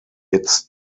its